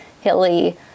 hilly